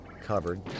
covered